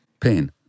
Pain